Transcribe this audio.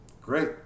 Great